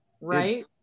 right